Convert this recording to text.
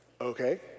okay